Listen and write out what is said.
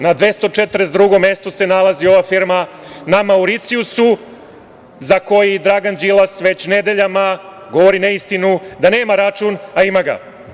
Na 242. mestu se nalazi ova firma na Mauricijusu za koji Dragan Đilas već nedeljama govori neistinu, da nema račun, a ima ga.